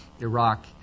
Iraq